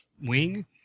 wing